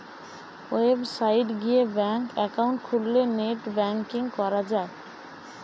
website গিয়ে bank account খুললে net banking করা যায়